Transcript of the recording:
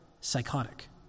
psychotic